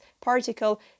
particle